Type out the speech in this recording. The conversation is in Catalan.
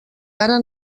ara